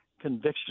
conviction